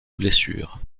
blessures